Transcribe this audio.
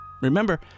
Remember